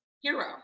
Hero